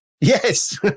Yes